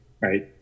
right